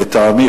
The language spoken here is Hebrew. לטעמי,